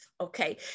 Okay